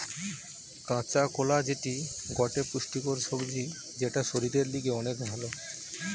কাঁচা কোলা যেটি গটে পুষ্টিকর সবজি যেটা শরীরের লিগে অনেক ভাল